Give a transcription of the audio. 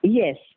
Yes